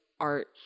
art